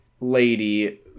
lady